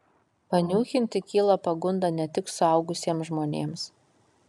paniūchinti kyla pagunda ne tik suaugusiems žmonėms